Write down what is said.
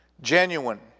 Genuine